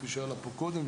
כפי שעלה פה קודם,